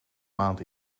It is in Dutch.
maand